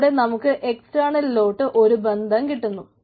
അതിലൂടെ നമുക്ക് എക്സ്റ്റേണലിലോട്ട് ഒരു ബന്ധം കിട്ടുന്നു